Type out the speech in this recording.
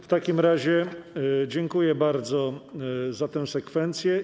W takim razie dziękuję bardzo za tę sekwencję.